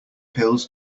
pills